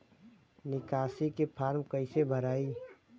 निकासी के फार्म कईसे भराई?